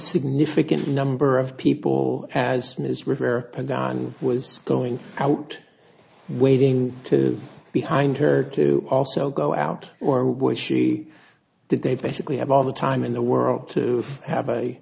significant number of people as ms river was going out waiting to behind her to also go out or was she did they basically have all the time in the world to have